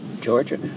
Georgia